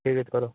करो